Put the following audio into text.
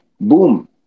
boom